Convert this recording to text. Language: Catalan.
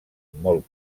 molt